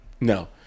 No